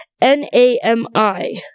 N-A-M-I